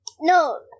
No